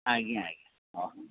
ଆଜ୍ଞା ଆଜ୍ଞା ହଉ